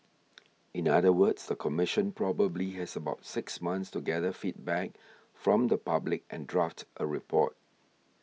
in other words the Commission probably has about six months to gather feedback from the public and draft a report